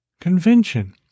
Convention